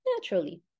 naturally